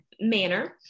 manner